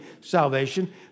salvation